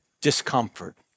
discomfort